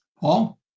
Paul